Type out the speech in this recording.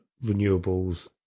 renewables